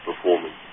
performance